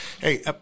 Hey